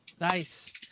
Nice